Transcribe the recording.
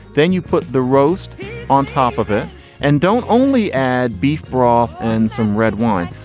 then you put the roast on top of it and don't only add beef broth and some red wine.